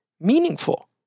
meaningful